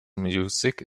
music